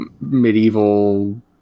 medieval